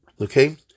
okay